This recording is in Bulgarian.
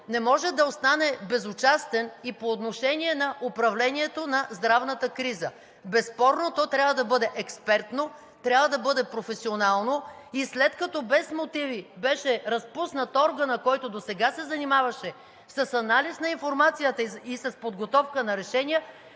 не може да остане безучастен и по отношение управлението на здравната криза. Безспорно то трябва да бъде експертно, трябва да бъде професионално и след като без мотиви беше разпуснат органът, който досега се занимаваше с анализ на информацията и с подготовка на решения,